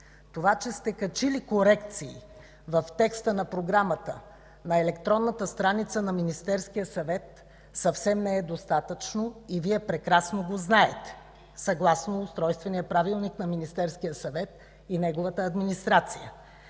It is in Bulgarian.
Това, че сте качили корекции в текста на програмата на електронната страница на Министерския съвет, съвсем не е достатъчно и Вие прекрасно го знаете. Съгласно Устройствения правилник на Министерския съвет и неговата администрация,